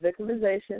victimization